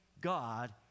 God